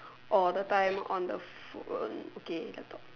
or the time on the phone okay laptop